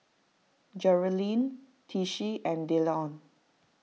Jerilyn Tishie and Dillon